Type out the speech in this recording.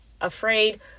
afraid